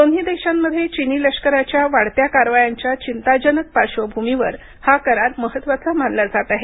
दोन्ही देशांमध्ये चिनी लष्कराच्या वाढत्या कारवायांच्या चिंताजनक पार्श्वभूमीवर हा करार महत्वाचा मानला जात आहे